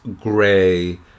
gray